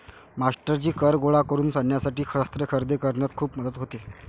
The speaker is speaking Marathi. मास्टरजी कर गोळा करून सैन्यासाठी शस्त्रे खरेदी करण्यात खूप मदत होते